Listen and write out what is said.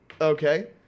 okay